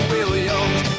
Williams